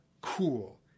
cool